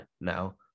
now